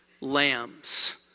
lambs